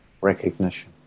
recognition